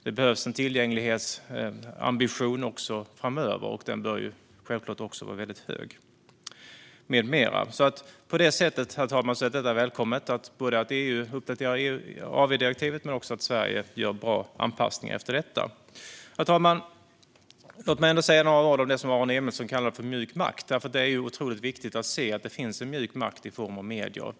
Det behövs också en tillgänglighetsambition framöver, och den bör självklart vara väldigt hög. På det sättet är detta välkommet, herr talman, både att EU uppdaterar AV-direktivet och att Sverige gör bra anpassningar efter detta. Herr talman! Låt mig säga några ord om det som Aron Emilsson kallar för mjuk makt. Det är otroligt viktigt att se att det finns en mjuk makt i form av medier.